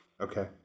Okay